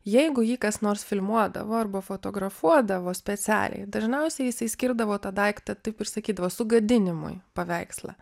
jeigu jį kas nors filmuodavo arba fotografuodavo specialiai dažniausiai jisai skirdavo tą daiktą taip ir sakydavo sugadinimui paveikslą